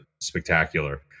spectacular